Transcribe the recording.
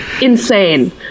insane